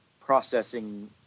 processing